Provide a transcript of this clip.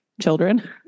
children